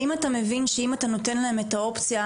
האם אתה מבין שאם אתה נותן להם את האופציה,